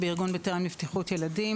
ציבורית, בארגון 'בטרם' לבטיחות ילדים.